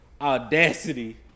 audacity